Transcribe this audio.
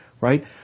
right